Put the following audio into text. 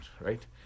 right